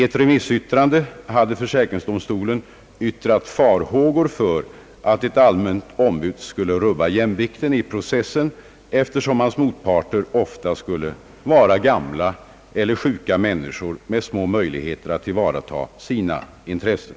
Försäkringsdomstolen yppade dock i ett remissyttrande farhågor för att ett allmänt ombud skulle rubba jämvikten i processen, eftersom hans motparter ofta skulle vara gamla eller sjuka människor med små möjligheter att tillvarata sina intressen.